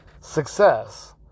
success